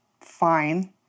fine